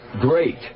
Great